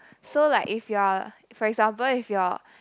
so like if you are a for example if you're